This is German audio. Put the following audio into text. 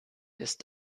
ist